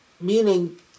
meaning